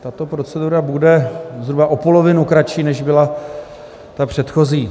Tato procedura bude zhruba o polovinu kratší, než byla ta předchozí.